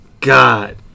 God